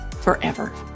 forever